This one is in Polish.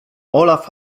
olaf